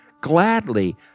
gladly